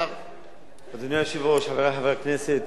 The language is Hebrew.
אדוני היושב-ראש, חברי חברי הכנסת,